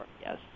Yes